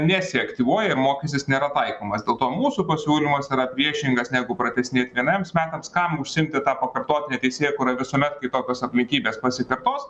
nesiaktyvuoja ir mokestis nėra taikomas dėl to mūsų pasiūlymas yra priešingas negu pratęsinėt vieniems metams kam užsiimti ta pakartotine teisėkūra visuomet kai tokios aplinkybės pasitelktos